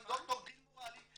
גם ד"ר גיל מורלי,